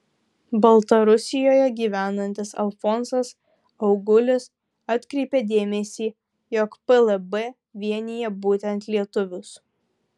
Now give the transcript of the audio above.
baltarusijoje gyvenantis alfonsas augulis atkreipė dėmesį jog plb vienija būtent lietuvius